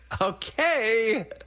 Okay